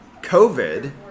COVID